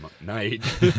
night